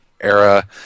era